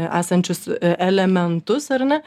esančius elementus ar ne